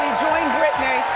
join brittany.